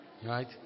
Right